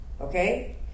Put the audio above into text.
okay